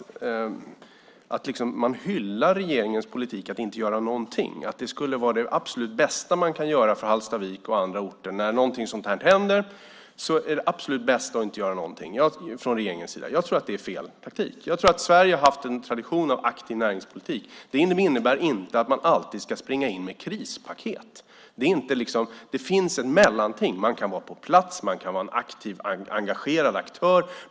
Man liksom hyllar regeringens politik - att inte göra någonting och att det skulle vara det absolut bästa för Hallstavik och andra orter. När någonting av nämnda slag händer är det absolut bästa att inte göra någonting från regeringens sida. Jag tror att det är fel taktik. Jag menar att Sverige haft en tradition av aktiv näringspolitik. Men det innebär inte att man alltid ska springa in med krispaket. Det finns ett mellanting. Man kan vara på plats, och man kan vara aktiv och en engagerad aktör.